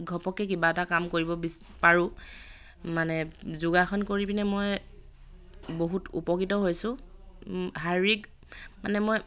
ঘপককে কিবা এটা কাম কৰিব বিচ পাৰোঁ মানে যোগাসন কৰি পিনে মই বহুত উপকৃত হৈছোঁ শাৰীৰিক মানে মই